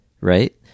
right